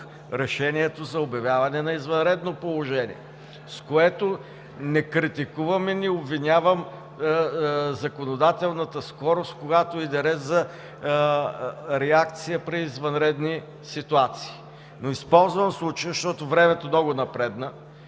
решението за обявяване на извънредно положение, с което не критикувам и не обвинявам законодателната скорост, когато иде реч за реакция при извънредни ситуации. Но използвам случая, защото времето много напредна